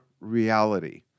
reality